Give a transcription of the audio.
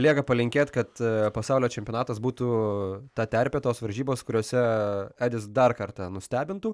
lieka palinkėt kad pasaulio čempionatas būtų ta terpė tos varžybos kuriose edis dar kartą nustebintų